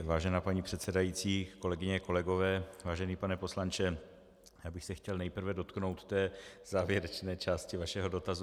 Vážená paní předsedající, kolegyně, kolegové, vážený pane poslanče, chtěl bych se nejprve dotknout té závěrečné části vašeho dotazu.